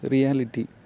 Reality